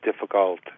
difficult